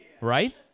right